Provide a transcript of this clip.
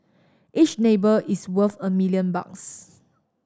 each neighbour is worth a million bucks